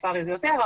בספארי זה יותר,